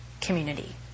community